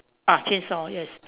ah change sound yes